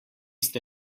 ste